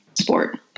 sport